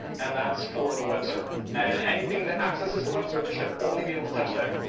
and that's for the web server. and anything that accesses the web server should only be able to touch there.